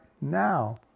now